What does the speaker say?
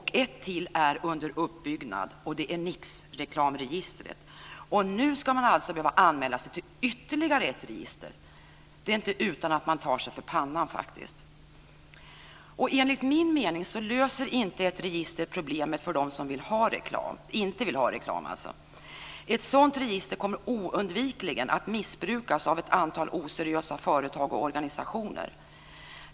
Ett till är under uppbyggnad, och det är NIX-reklam. Nu ska man alltså behöva anmäla sig till ytterligare ett register. Det är inte utan att man tar sig för pannan, faktiskt. Enligt min mening löser inte ett register problemet för dem som inte vill ha reklam. Ett sådant register kommer oundvikligen att missbrukas av ett antal oseriösa företag och organisationer.